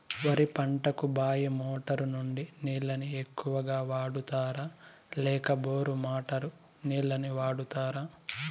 వరి పంటకు బాయి మోటారు నుండి నీళ్ళని ఎక్కువగా వాడుతారా లేక బోరు మోటారు నీళ్ళని వాడుతారా?